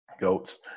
goats